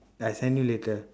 I send you later